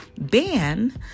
ban